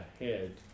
ahead